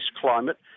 climate